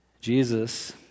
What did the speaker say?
Jesus